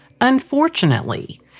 Unfortunately